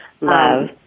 Love